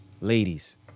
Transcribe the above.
Ladies